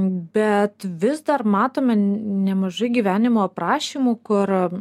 bet vis dar matome nemažai gyvenimo aprašymų kur